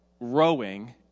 rowing